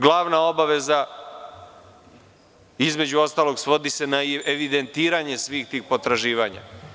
Glavna obaveza između ostalog svodi se na evidentiranje svih potraživanja.